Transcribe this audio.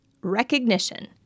recognition